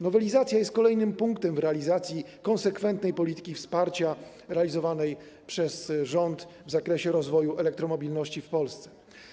Nowelizacja jest kolejnym punktem w procesie realizacji konsekwentnej polityki wsparcia prowadzonej przez rząd w zakresie rozwoju elektromobilności w Polsce.